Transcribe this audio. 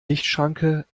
lichtschranke